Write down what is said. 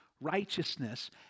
righteousness